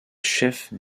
chef